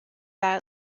vat